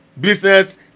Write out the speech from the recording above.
business